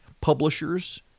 Publishers